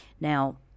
Now